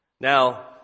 Now